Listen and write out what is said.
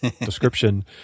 description